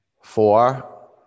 Four